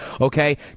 Okay